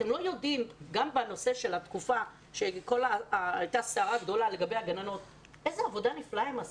אתם לא יודעים איזו עבודה נפלאה הן עשו.